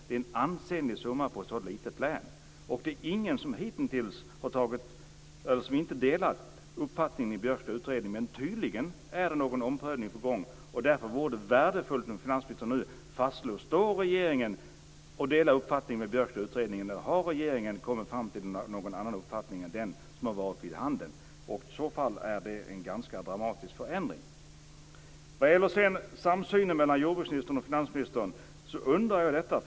Det är en ansenlig summa i ett så litet län. Ingen har hittills inte delat uppfattningen i den Björkska utredningen. Men tydligen är en omprövning på gång. Därför vore det värdefullt om finansministern nu kunde fastslå om regeringen delar den uppfattning som finns i den Björkska utredningen. Har regeringen kommit fram till någon annan uppfattning än den som varit vid handen? I så fall är det en ganska dramatisk förändring. Vad gäller samsynen mellan jordbruksministern och finansministern har jag en undran.